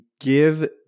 give